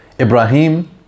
Ibrahim